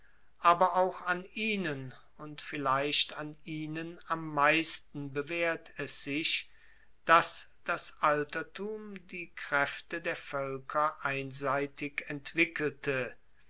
aber auch an ihnen und vielleicht an ihnen am meisten bewaehrt es sich dass das altertum die kraefte der voelker einseitig entwickelte